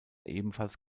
ebenfalls